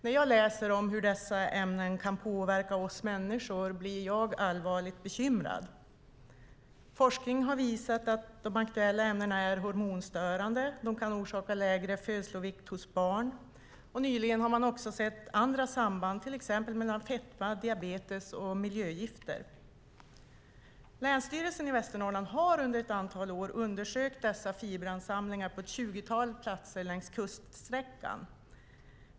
När jag läser om hur dessa ämnen kan påverka oss människor blir jag allvarligt bekymrad. Forskningen har visat att de aktuella ämnena är hormonstörande. De kan orsaka lägre födslovikt hos barn. Och nyligen har man också sett andra samband, till exempel mellan fetma och diabetes och miljögifter. Länsstyrelsen i Västernorrland har under ett antal år undersökt dessa fiberansamlingar på ett tjugotal platser längs kuststräckan.